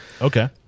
Okay